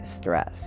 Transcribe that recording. stress